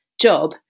job